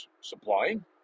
supplying